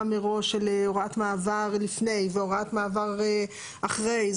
מראש של הוראת מעבר לפני והוראת מעבר אחרי.